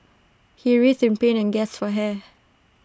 he writhed in pain gasped for air